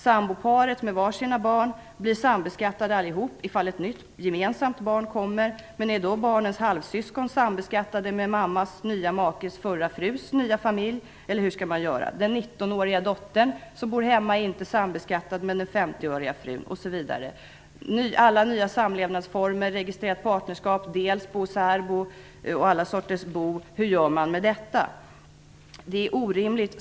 Samboparet med varsitt barn blir sambeskattat om ett nytt gemensamt barn kommer. Är då barnens halvsyskon sambeskattade med mammas nya makes förra frus nya familj, eller hur skall man göra? Den 19 åriga dottern som bor hemma är inte sambeskattad, men den 50-åriga frun är det osv. Hur gör man med alla nya samlevnadsformer - registrerat partnerskap, delsbo, särbo och alla sorters bo? Det är orimligt.